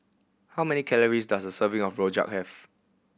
how many calories does a serving of rojak have